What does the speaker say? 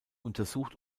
untersucht